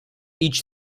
idź